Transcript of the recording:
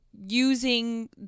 using